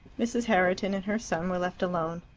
mrs. herriton and her son were left alone.